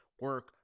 Work